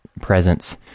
presence